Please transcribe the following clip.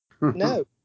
no